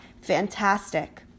Fantastic